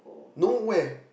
no where